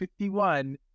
51